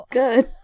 good